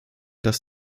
dass